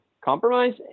compromise